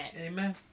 Amen